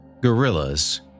Gorillas